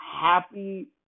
happy